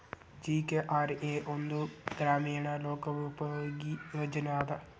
GKRA ಒಂದ ಗ್ರಾಮೇಣ ಲೋಕೋಪಯೋಗಿ ಯೋಜನೆ ಅದ